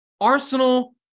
Arsenal